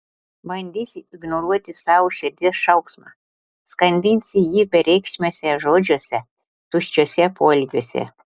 bandysi ignoruoti savo širdies šauksmą skandinsi jį bereikšmiuose žodžiuose tuščiuose poelgiuose